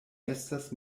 estas